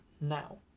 now